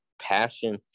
passion